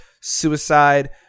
Suicide